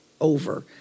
over